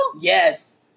Yes